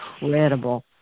incredible